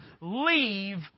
leave